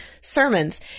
sermons